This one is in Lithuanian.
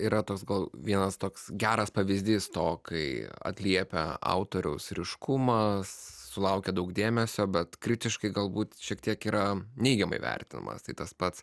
yra tos kol vienas toks geras pavyzdys to kai atliepia autoriaus ryškumą sulaukia daug dėmesio bet kritiškai galbūt šiek tiek yra neigiamai vertinantis tai tas pats